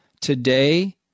today